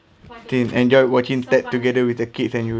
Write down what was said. think enjoyed watching tag together with the kids and you